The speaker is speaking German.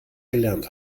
gelernt